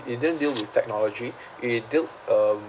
it didn't deal with technology it dealt um